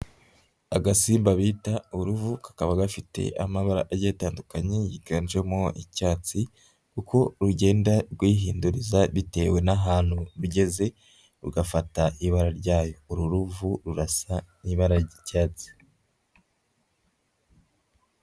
Agasimba bita uruvu kakaba gafite amabara agiye atandukanye yiganjemo icyatsi uko rugenda rwihinduriza bitewe n'ahantu rugeze rugafata ibara ryayo. Uru ruvu rurasa n'ibara ry'icyatsi.